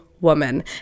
woman